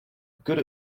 good